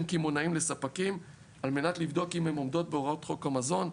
קמעונאים לספקים על מנת לבדוק אם הן עומדות בהוראות חוק המזון.